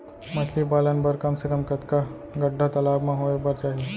मछली पालन बर कम से कम कतका गड्डा तालाब म होये बर चाही?